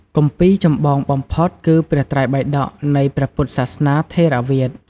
គម្ពីរចម្បងបំផុតគឺព្រះត្រៃបិដកនៃព្រះពុទ្ធសាសនាថេរវាទ។